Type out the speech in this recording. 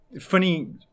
funny